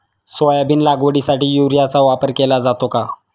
Soybean लागवडीसाठी युरियाचा वापर केला जातो का?